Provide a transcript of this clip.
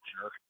Sure